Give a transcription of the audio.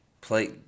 Play